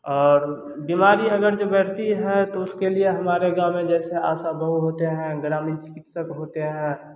और बीमारी अगर जो बैठती है तो उसके लिए हमारे गाँव में जैसे आसा बहु होते हैं ग्रामीण चिकित्सक होते हैं